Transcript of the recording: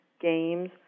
games